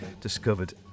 discovered